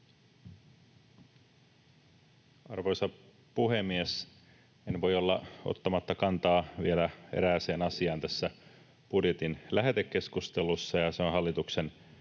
Arvoisa puhemies! En voi olla ottamatta kantaa vielä erääseen asiaan tässä budjetin lähetekeskustelussa,